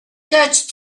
judge